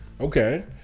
Okay